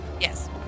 Yes